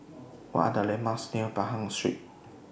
What Are The landmarks near Pahang Street